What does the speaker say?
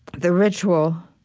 the ritual